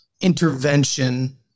intervention